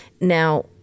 Now